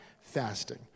fasting